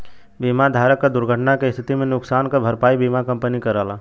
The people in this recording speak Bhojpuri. बीमा धारक क दुर्घटना क स्थिति में नुकसान क भरपाई बीमा कंपनी करला